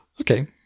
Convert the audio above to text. Okay